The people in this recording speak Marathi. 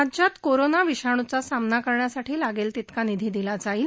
राज्यात कोरोना विषाणूचा सामना करण्यासाठी लागेल तितका निधी दिला जाईल